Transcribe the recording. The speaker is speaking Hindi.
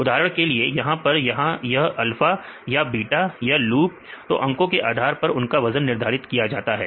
उदाहरण के लिए यहां पर यहां अल्फा या बीटा या लूप है तो अंकों के आधार पर उनका वजन निर्धारित किया जाता है